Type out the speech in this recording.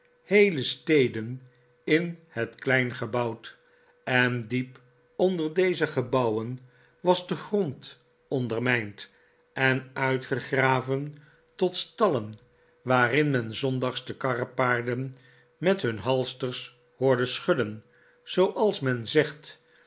le steden in het klein gebouwd en diep onder deze gebouwen was de grond ondermijnd en uitgegraven tot stallen waarin men s zondags de karrepaarden met hun halsters hoorde schudden zooals men zegt